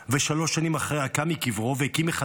ושלוש שנים אחריה קם מקברו והקים מחדש